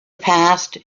past